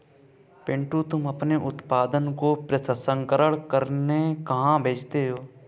पिंटू तुम अपने उत्पादन को प्रसंस्करण करने कहां भेजते हो?